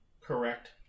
correct